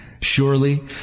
Surely